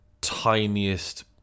tiniest